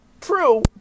true